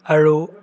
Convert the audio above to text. আৰু